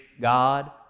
god